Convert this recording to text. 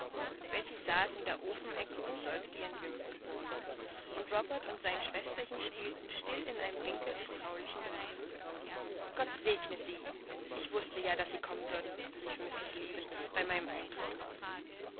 saß in der ofenecke und säugte ihren jüngstgeborenen und robert und sein schwesterchen spielten still in einem winkel des traulichen gemaches gott segne sie ich wußte ja daß sie kommen würden rief mrs leaven bei meinem eintritt aus